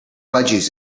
budgies